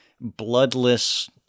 bloodless